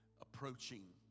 approaching